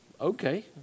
okay